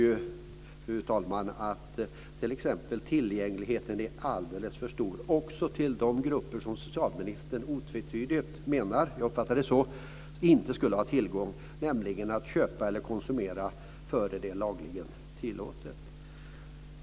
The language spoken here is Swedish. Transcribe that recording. Jag tycker t.ex. att tillgängligheten är alldeles för stor också i grupper som socialministern otvetydigt menar - jag uppfattar det så - inte ska ha tillgång till att köpa eller konsumera innan det är lagligen tillåtet.